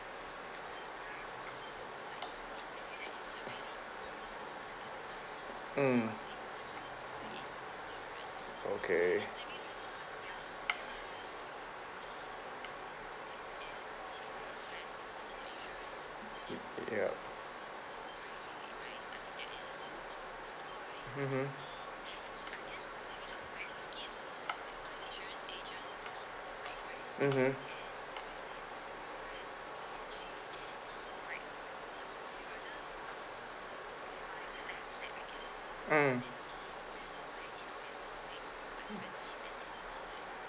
mm okay yup mmhmm mmhmm mm